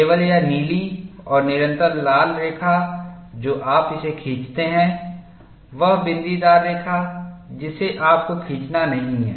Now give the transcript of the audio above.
केवल यह नीली और निरंतर लाल रेखा जो आप इसे खींचते हैं वह बिंदीदार रेखा जिसे आपको खींचना नहीं है